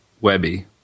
webby